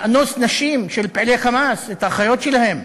לאנוס נשים של פעילי "חמאס", את האחיות שלהם.